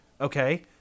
Okay